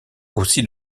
aussi